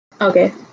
Okay